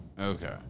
Okay